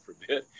forbid